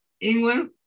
England